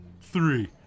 Three